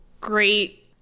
great